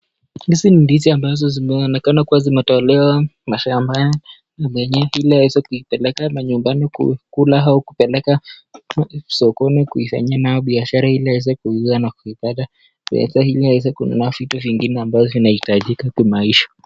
Hizi ni ndizi ambazo zinaonekana kuwa zimetolewa kwenye mmea shambani. Huenda zimepangwa kupelekwa nyumbani kula, au sokoni kufanyia biashara kwa kupata pesa ili kununua vitu vingine ambayo inahitajikamaisha.